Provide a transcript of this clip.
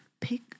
pick